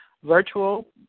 Virtual